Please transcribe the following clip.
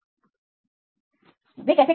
वे कैसे करते हैं